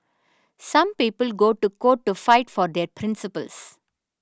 some people go to court to fight for their principles